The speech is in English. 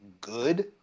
good